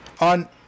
On